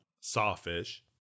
sawfish